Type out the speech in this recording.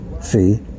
See